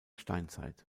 steinzeit